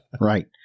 right